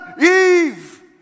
Eve